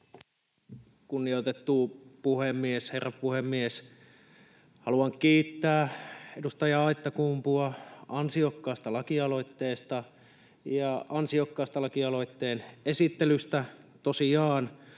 Kunnioitettu herra puhemies! Haluan kiittää edustaja Aittakumpua ansiokkaasta lakialoitteesta ja ansiokkaasta lakialoitteen esittelystä. Tosiaan